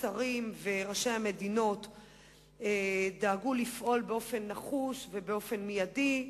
השרים וראשי המדינות דאגו לפעול באופן נחוש ומיידי,